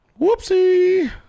Whoopsie